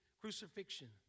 crucifixion